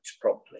properly